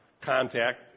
contact